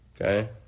Okay